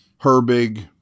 Herbig